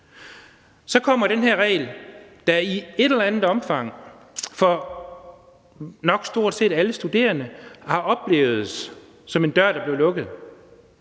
Så kommer den her regel, der i et eller andet omfang for nok stort set alle studerende er blevet oplevet som en dør, der er blevet lukket.